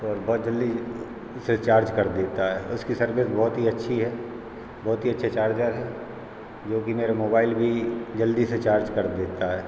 और बहउत जल्दी इसे चार्ज कर देता है उसकी सर्विस बहउत ही अच्छी है बहउत ही अच्छा चार्जर है जोकि मेरा मोबाइल भी जल्दी से चार्ज कर देता है